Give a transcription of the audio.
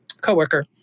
co-worker